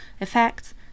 effects